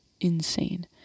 insane